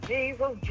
Jesus